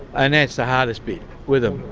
and that's the hardest bit with them,